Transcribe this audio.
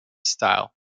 style